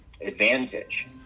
advantage